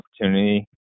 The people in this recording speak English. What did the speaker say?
opportunity